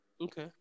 Okay